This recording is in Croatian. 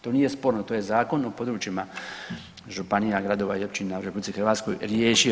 To nije sporno, to je Zakon o područjima županija, gradova i općina u RH riješio.